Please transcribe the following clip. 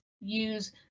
use